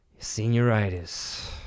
Senioritis